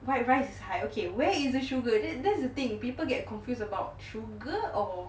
white rice high okay where is the sugar that's that's the thing people get confused about sugar or